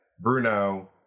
Bruno